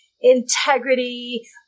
integrity